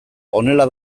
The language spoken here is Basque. honela